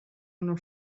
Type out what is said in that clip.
una